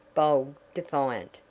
bold, defiant.